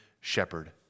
shepherd